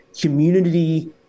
community